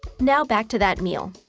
now, back to that meal.